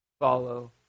follow